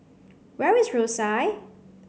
where is Rosyth